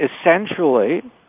essentially